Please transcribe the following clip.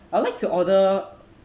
I would like to order